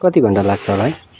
कति घन्टा लाग्छ होला है